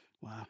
Wow